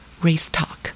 racetalk